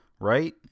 right